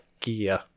gear